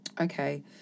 Okay